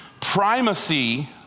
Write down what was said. primacy